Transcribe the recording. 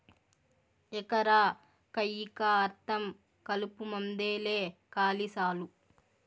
ఎకరా కయ్యికా అర్థం కలుపుమందేలే కాలి సాలు